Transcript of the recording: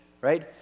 right